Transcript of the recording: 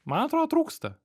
man atrodo trūksta